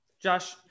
Josh